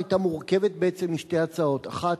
אבל ההצעה היתה מורכבת בעצם משתי הצעות: אחת